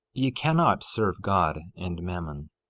ye cannot serve god and mammon.